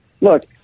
Look